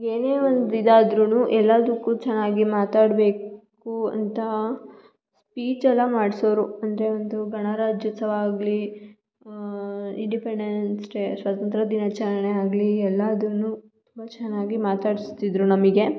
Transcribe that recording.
ಏನೇ ಒಂದು ಇದಾದ್ರೂ ಎಲ್ಲದಕ್ಕು ಚೆನ್ನಾಗಿ ಮಾತಾಡಬೇಕು ಅಂತ ಸ್ಪೀಚ್ ಎಲಾ ಮಾಡಿಸೋರು ಅಂದರೆ ಒಂದು ಗಣರಾಜ್ಯೋತ್ಸವ ಆಗಲಿ ಇಂಡಿಪೆಂಡೆನ್ಸ್ ಡೇ ಸ್ವಾತಂತ್ರ್ಯ ದಿನಾಚರಣೆ ಆಗಲಿ ಎಲ್ಲದ್ರಲ್ಲೂ ತುಂಬ ಚೆನ್ನಾಗಿ ಮಾತಾಡಿಸ್ತಿದ್ದರು ನಮಗೆ